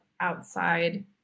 outside